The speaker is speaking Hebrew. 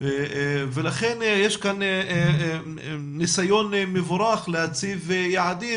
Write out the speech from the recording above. ולכן יש כאן ניסיון מבורך להצבת יעדים